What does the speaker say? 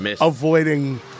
avoiding